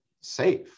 safe